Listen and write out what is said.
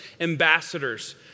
ambassadors